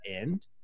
end